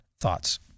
Thoughts